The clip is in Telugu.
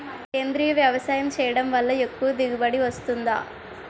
సేంద్రీయ వ్యవసాయం చేయడం వల్ల ఎక్కువ దిగుబడి వస్తుందా?